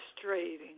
Frustrating